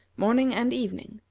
morning and evening,